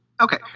Okay